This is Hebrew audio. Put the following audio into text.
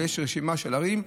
ויש רשימה של ערים.